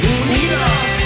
unidos